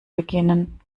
beginnen